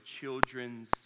children's